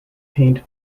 paint